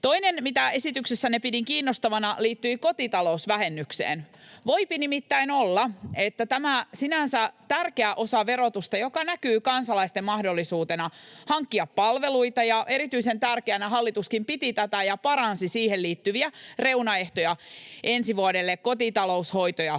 Toinen, mitä esityksessänne pidin kiinnostavana, liittyi kotitalousvähennykseen. Voipi nimittäin olla... Tämä sinänsä tärkeä osa verotusta näkyy kansalaisten mahdollisuutena hankkia palveluita, ja erityisen tärkeänä hallituskin piti tätä ja paransi siihen liittyviä reunaehtoja ensi vuodelle kotitalous‑, hoito‑